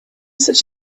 such